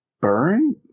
Burn